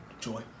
Joy